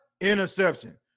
interception